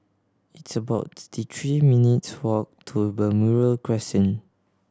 it's about thirty three minutes' walk to Balmoral Crescent